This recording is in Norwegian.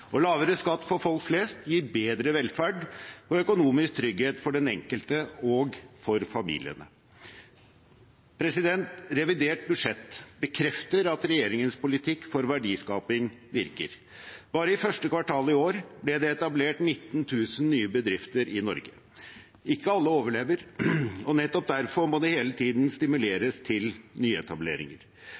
og lavere skatt for folk flest gir bedre velferd og økonomisk trygghet for den enkelte og for familiene. Revidert budsjett bekrefter at regjeringens politikk for verdiskaping virker. Bare i første kvartal i år ble det etablert 19 000 nye bedrifter i Norge. Ikke alle overlever, og nettopp derfor må det hele tiden stimuleres til nyetableringer.